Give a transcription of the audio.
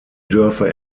dörfer